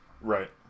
right